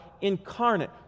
incarnate